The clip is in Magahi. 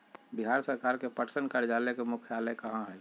बिहार सरकार के पटसन कार्यालय के मुख्यालय कहाँ हई?